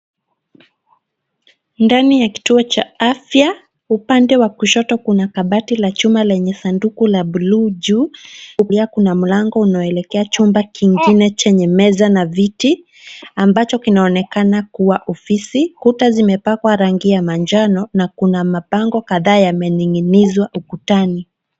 Ndani ya kituo cha afya upande wa kushoto kuna kabati la chuma lenye sanduku la buluu juu na pia kuna mlango unaoelekea chumba kingine chenye meza na viti ambacho kinaonekana kuwa ofisi. Kuta zimepakwa rangi ya manjano na kuna mabango kadhaa yameninginizwa ukutani.